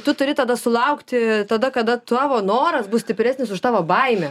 tu turi tada sulaukti tada kada tavo noras bus stipresnis už tavo baimę